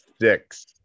six